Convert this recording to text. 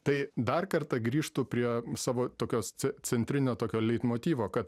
tai dar kartą grįžtu prie savo tokios ce centrinio tokio leitmotyvo kad